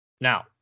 Now